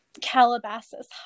Calabasas